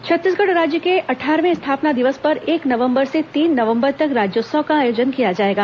राज्योत्सव छत्तीसगढ़ राज्य के अट्ठारहवें स्थापना दिवस पर एक नवंबर से तीन नवंबर तक राज्योत्सव का आयोजन किया जाएगा